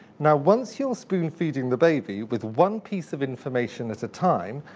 now, once you're spoon feeding the baby, with one piece of information at a time,